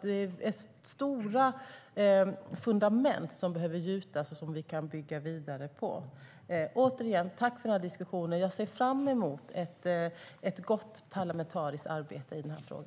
Det är stora fundament som behöver gjutas som vi sedan kan bygga vidare på. Återigen, tack för den här diskussionen! Jag ser fram emot ett gott parlamentariskt arbete i den här frågan.